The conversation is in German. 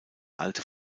alte